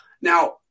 Now